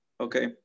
okay